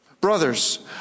Brothers